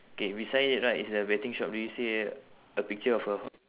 K beside it right is the betting shop do you see a picture of a